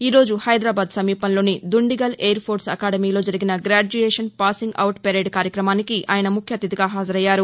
ఈ రోజు హైదరాబాద్ సమీపంలోని దుండిగల్ ఎయిర్ ఫోర్స్ అకాదమీలో జరిగిన గ్రాడ్యుయేషన్ పాసింగ్ అవుట్ పరేడ్ కార్యక్రమానికి ఆయన ముఖ్య అతిధిగా హాజరయ్యారు